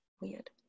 weird